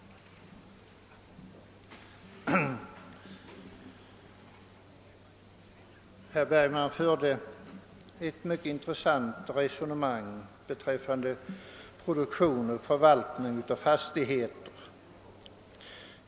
Herr Bergman förde ett mycket intressant resonemang om produktion och förvaltning av fastigheter.